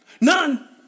None